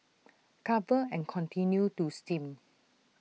cover and continue to steam